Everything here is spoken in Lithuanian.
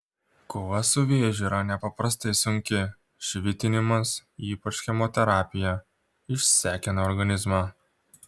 kova su vėžiu yra nepaprastai sunki švitinimas ypač chemoterapija išsekina organizmą